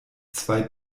zwei